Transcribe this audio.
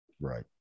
Right